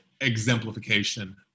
exemplification